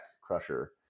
Crusher